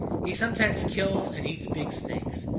he sometimes kills and eats big snakes.